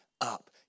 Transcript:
up